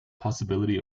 possibility